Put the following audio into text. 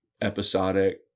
episodic